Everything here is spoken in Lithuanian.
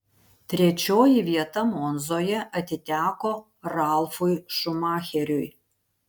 trečioji vieta monzoje atiteko ralfui šumacheriui